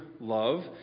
love